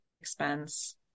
expense